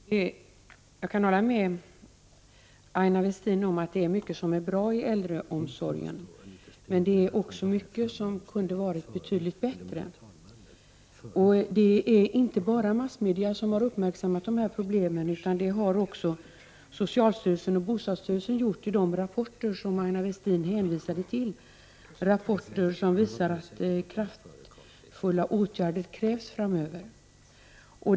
Fru talman! Jag kan hålla med Aina Westin om att det är mycket som är bra i äldreomsorgen. Men det är också mycket som kunde ha varit betydligt bättre. Det är inte bara massmedia som har uppmärksammat dessa problem, utan även socialstyrelsen och bostadsstyrelsen har gjort det i de rapporter som Aina Westin hänvisade till. Av dessa rapporter framgår att kraftfulla åtgärder krävs framöver.